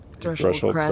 threshold